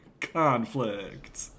Conflict